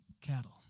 cattle